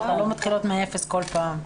אנחנו לא מתחילות מאפס כל פעם.